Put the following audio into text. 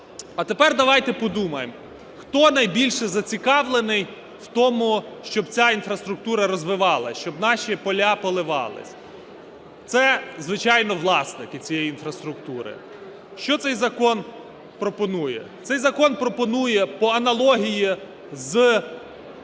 А тепер давайте подумаємо, хто найбільше зацікавлений в тому, щоб ця інфраструктура розвивалася, щоб наші поля поливалися. Це, звичайно, власники цієї інфраструктури. Що цей закон пропонує? Цей закон пропонує по аналогії з